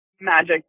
magic